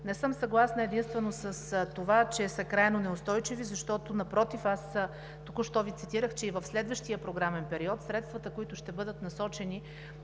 Не съм съгласна единствено с това, че са крайно неустойчиви, защото, напротив, аз току що Ви цитирах, че и в следващия програмен период средствата, които ще бъдат насочени